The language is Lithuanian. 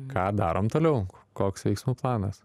ką darom toliau koks veiksmų planas